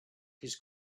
his